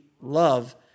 love